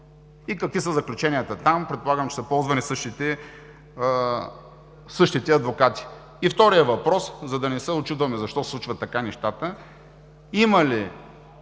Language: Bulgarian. и какви са заключенията там? Предполагам, че са ползвани същите адвокати. И вторият въпрос, за да не се учудваме защо се случват така нещата: има ли